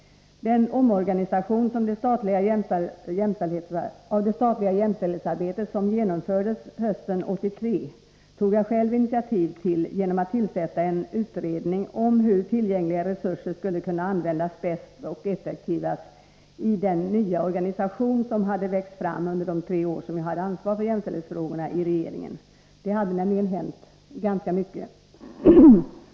Den omorganisation av det statliga jämställdhetsarbetet som genomfördes hösten 1983 tog jag själv initiativ till, genom att tillsätta en utredning om hur tillgängliga resurser skulle kunna användas bäst och effektivast i den nya organisation som hade växt fram under de tre år jag hade ansvar för jämställdhetsfrågorna i regeringen. Det hade nämligen hänt ganska mycket.